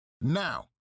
now